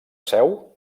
seu